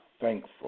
thankful